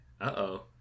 Uh-oh